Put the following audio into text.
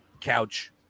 Couch